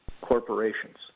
corporations